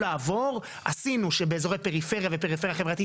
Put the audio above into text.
החלטנו שבאזורי פריפריה ופריפריה חברתית